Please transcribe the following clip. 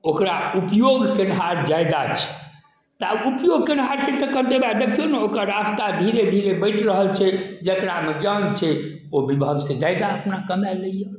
ओकरा उपयोग केनिहार आदा छै तऽ उपयोग केनिहार छै तऽ कहबै ने वएह देखियौ ने ओकर रास्ता धीरे धीरे बँटि रहल छै जेकरामे ज्ञान छै ओ बैभव सऽ जादा अपना कमा लैया